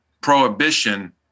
Prohibition